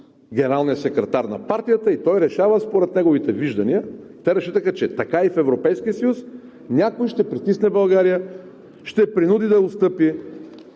генералния секретар на партията, и той решава според неговите виждания. Те разчитаха, че е така и в Европейския съюз – някой ще притисне България, ще я принуди да отстъпи.